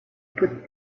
put